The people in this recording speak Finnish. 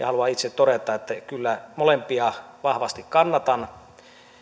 haluan itse todeta että kyllä molempia vahvasti kannatan